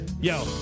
yo